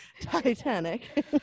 Titanic